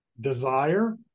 desire